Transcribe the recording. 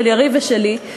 של יריב ושלי,